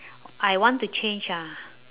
I want to change uh